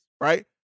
Right